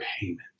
payment